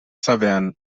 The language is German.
saverne